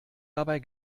dabei